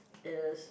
is